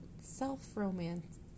self-romance